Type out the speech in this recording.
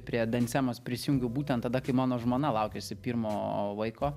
prie dansemos prisijungiau būtent tada kai mano žmona laukėsi pirmo vaiko